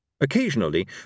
Occasionally